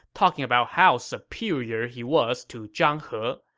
talking about how superior he was to zhang he.